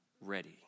ready